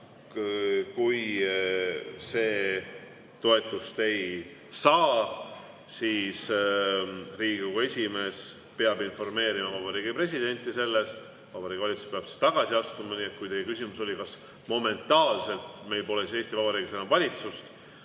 kui see toetust ei saa, peab Riigikogu esimees sellest informeerima Vabariigi Presidenti ja Vabariigi Valitsus peab tagasi astuma. Nii et kui teie küsimus oli, kas momentaanselt meil pole Eesti Vabariigis enam valitsust,